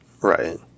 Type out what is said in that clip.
Right